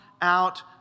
out